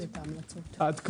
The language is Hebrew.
עד כאן,